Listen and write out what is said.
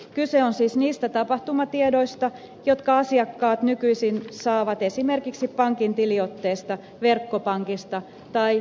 kyse on siis niistä tapahtumatiedoista jotka asiakkaat nykyisin saavat esimerkiksi pankin tiliotteesta verkkopankista tai luottokorttilaskusta